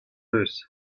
eus